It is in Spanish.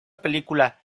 película